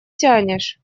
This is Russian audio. тянешь